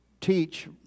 teach